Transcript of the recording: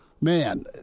man